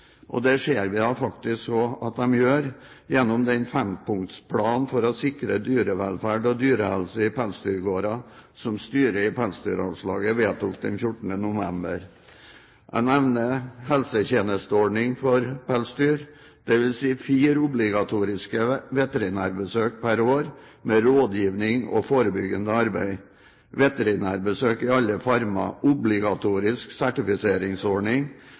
Og det ser vi faktisk også at den gjør gjennom den fempunktsplanen for å sikre dyrevelferd og dyrehelse i pelsdyrgårder som styret i Pelsdyralslaget vedtok den 14. november. Jeg nevner: helsetjenesteordning for pelsdyr, dvs. fire obligatoriske veterinærbesøk per år, med rådgivning og forebyggende arbeid veterinærbesøk i alle farmer obligatorisk sertifiseringsordning,